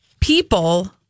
People